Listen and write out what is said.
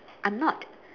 I'm not